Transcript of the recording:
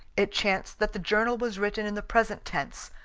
it chanced that the journal was written in the present tense,